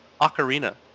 Ocarina